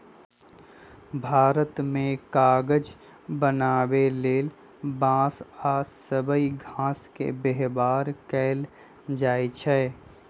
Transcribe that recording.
भारत मे कागज बनाबे लेल बांस आ सबइ घास के व्यवहार कएल जाइछइ